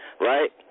right